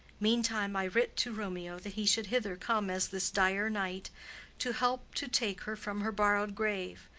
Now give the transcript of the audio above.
meantime i writ to romeo that he should hither come as this dire night to help to take her from her borrowed grave,